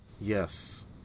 Yes